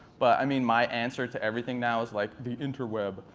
but i mean my answer to everything now is like the interweb.